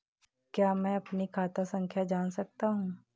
क्या मैं अपनी खाता संख्या जान सकता हूँ?